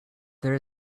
there